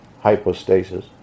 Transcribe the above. hypostasis